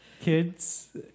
Kids